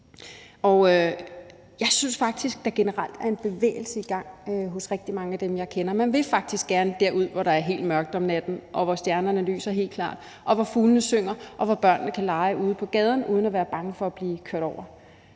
faktisk, at der generelt er en bevægelse i gang blandt mange af dem, jeg kender. De vil faktisk gerne derud, hvor der er helt mørkt om natten, hvor stjernerne lyser helt klart, hvor fuglene synger, og hvor børnene kan lege ude på gaden uden at være bange for at blive kørt over.